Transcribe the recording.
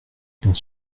dans